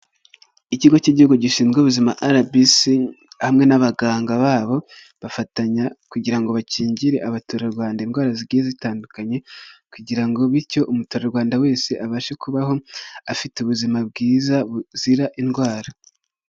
Ikigo cy'igihugu gishinzwe ubuzima RBC, hamwe n'abaganga babo, bafatanya kugira ngo bakingire abaturarwanda indwara zigiye zitandukanye kugira ngo bityo umuturarwanda wese abashe kubaho afite ubuzima bwiza buzira indwara.